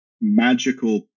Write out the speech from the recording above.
magical